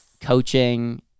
coaching